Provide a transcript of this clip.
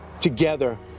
together